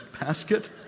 basket